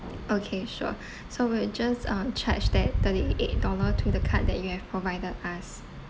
okay sure so we'll just uh charge that thirty eight dollar to the card that you have provided us